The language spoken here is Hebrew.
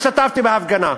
השתתפתי בהפגנה,